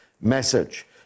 message